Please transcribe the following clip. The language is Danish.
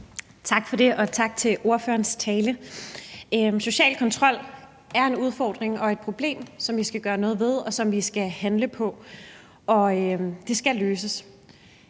Tak for det, og tak for ordførerens tale. Social kontrol er en udfordring og et problem, som vi skal gøre noget ved, og som vi skal handle på, og det skal løses.